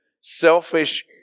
Selfish